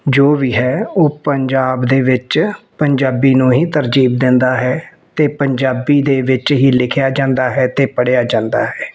ਜੋ ਵੀ ਹੈ ਉਹ ਪੰਜਾਬ ਦੇ ਵਿੱਚ ਪੰਜਾਬੀ ਨੂੰ ਹੀ ਤਰਜੀਬ ਦਿੰਦਾ ਹੈ ਅਤੇ ਪੰਜਾਬੀ ਦੇ ਵਿੱਚ ਹੀ ਲਿਖਿਆ ਜਾਂਦਾ ਹੈ ਅਤੇ ਪੜ੍ਹਿਆ ਜਾਂਦਾ ਹੈ